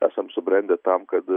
esam subrendę tam kad